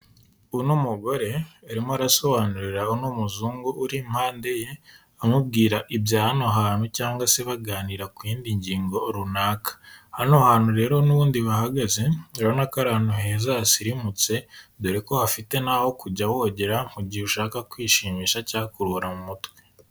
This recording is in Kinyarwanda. Uno mugore arimo arasobanurira uno muzungu uri impande ye, amubwira ibya hano hantu cyangwa se baganira ku yindi ngingo runaka. Hano hantu rero n'ubundi bahagaze, urubona ko ari ahantu heza, hasirimutse, dore ko hafite n'aho kujya wogera mu gihe ushaka kwishimisha cyangwa kuruhura mu mutwe.